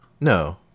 No